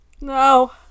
No